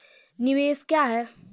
निवेश क्या है?